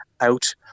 out